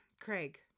Craig